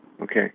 Okay